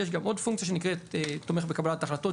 יש גם עוד פונקציה שנקראת תומך בקבלת החלטות,